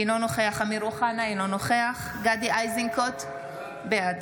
אינו נוכח אמיר אוחנה, אינו נוכח גדי איזנקוט, בעד